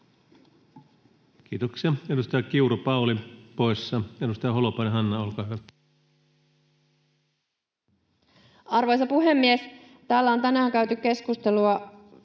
Kiitoksia. — Edustaja Kiuru, Pauli, poissa. — Edustaja Holopainen, Hanna, olkaa hyvä. Arvoisa puhemies! Täällä on tänään käyty keskustelua